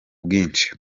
bwinshi